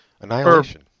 annihilation